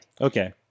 Okay